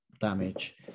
damage